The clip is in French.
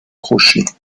crochet